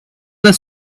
the